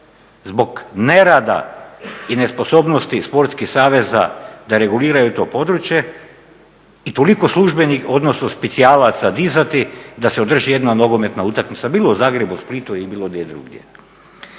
zbog nerada i nesposobnosti sportskih saveza da reguliraju to područje i toliko specijalaca dizati da se održi jedna nogometna utakmica bilo u Zagrebu, Splitu ili bilo gdje drugdje.